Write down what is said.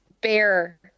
bear